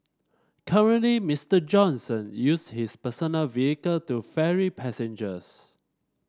currently Mister Johnson use his personal vehicle to ferry passengers